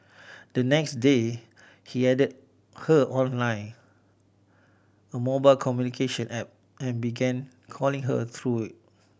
the next day he added her on Line a mobile communication app and began calling her through